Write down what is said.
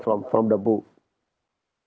from from the book